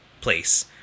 place